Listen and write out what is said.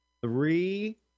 Three